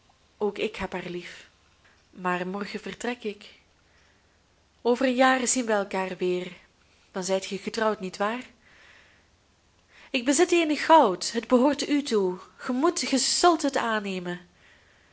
ook ik heb haar lief maar morgen vertrek ik over een jaar zien wij elkaar weer dan zijt ge getrouwd niet waar ik bezit eenig goud het behoort u toe ge moet ge zult het aannemen